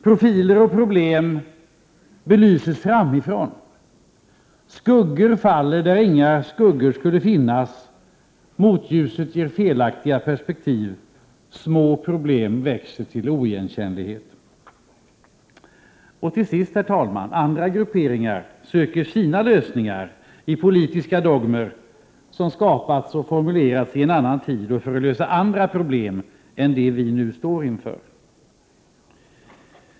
Profiler och problem belyses framifrån. Skuggor faller där inga skuggor skulle finnas, motljuset ger felaktiga perspektiv, små problem växer till oigenkännlighet. Ytterligare andra grupperingar söker sina lösningar i politiska dogmer som skapats och formulerats i en annan tid och för att lösa andra problem än dem vi nu står inför.